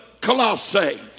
Colossae